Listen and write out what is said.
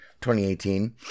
2018